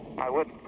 i would